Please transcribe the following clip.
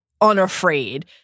unafraid